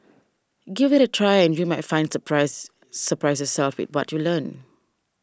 give it a try and you might find surprise surprise yourself with what you learn